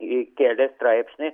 įkėlė straipsnį